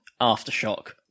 aftershock